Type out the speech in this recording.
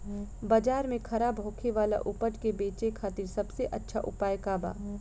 बाजार में खराब होखे वाला उपज के बेचे खातिर सबसे अच्छा उपाय का बा?